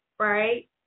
Right